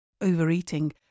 Overeating